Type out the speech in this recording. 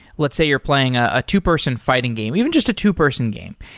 let's say you're playing ah a two person fighting game, even just a two-person game,